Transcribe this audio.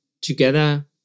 together